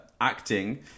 Acting